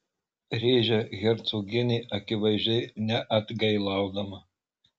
rėžia hercogienė akivaizdžiai neatgailaudama